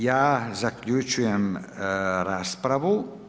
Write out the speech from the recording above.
Ja zaključujem raspravu.